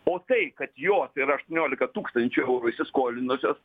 o tai kad jos yra aštuoniolika tūkstančių eurų įsiskolinusios